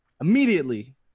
immediately